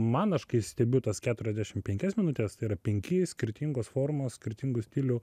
man aš kai stebiu tas keturiasdešim penkias minutes tai yra penki skirtingos formos skirtingų stilių